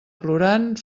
plorant